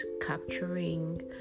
capturing